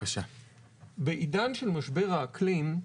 בעידן של משבר האקלים,